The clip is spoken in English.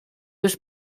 was